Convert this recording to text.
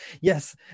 yes